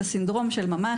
זה סינדרום של ממש,